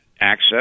access